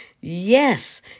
Yes